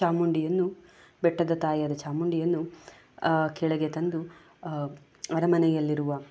ಚಾಮುಂಡಿಯನ್ನು ಬೆಟ್ಟದ ತಾಯಿಯಾದ ಚಾಮುಂಡಿಯನ್ನು ಕೆಳಗೆ ತಂದು ಅರಮನೆಯಲ್ಲಿರುವ